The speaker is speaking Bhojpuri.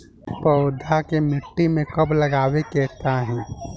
पौधा के मिट्टी में कब लगावे के चाहि?